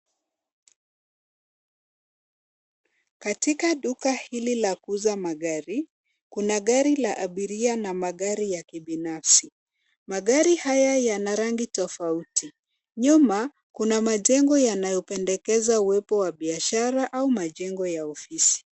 Katika duka hili la kuuza magari, kuna gari la abiria na magari ya kibinafsi .Magari haya Yana rangi tofauti tofouti. Nyuma kuna majengo Yanayopendekeza uwepo wa biashara au majengo ya ofisi